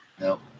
Nope